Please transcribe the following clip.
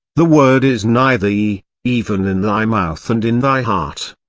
the word is nigh thee, even in thy mouth and in thy heart.